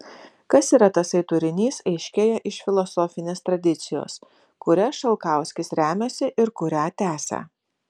kas yra tasai turinys aiškėja iš filosofinės tradicijos kuria šalkauskis remiasi ir kurią tęsia